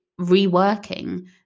reworking